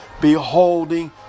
beholding